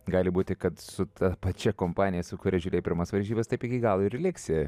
gali būti kad su ta pačia kompanija su kuria žiūrėjai pirmas varžybas taip iki galo ir liksi